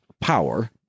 power